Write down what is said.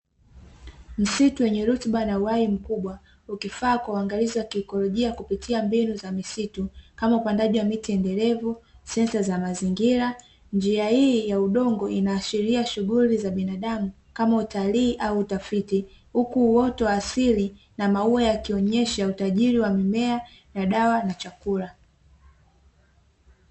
Msitu wenye rutuba na uhai mkubwa ukifaa kwa uangalizi wa kiokolojia, kupitia mbinu za misitu kama upandaji wa miti endelevu, sensa za mazingira. njia hii ya udongo inahashiria shughuli za binadamu kama utalii au utafiti huku uoto wa asili na maua yakionesha utajiri wa mimea na dawa na chakula.